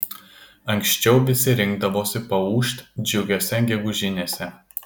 anksčiau visi rinkdavosi paūžt džiugiose gegužinėse